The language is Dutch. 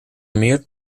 meer